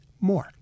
more